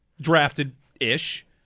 drafted-ish